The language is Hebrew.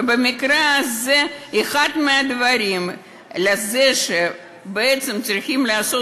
ובמקרה הזה אחד הדברים הוא שצריך לעשות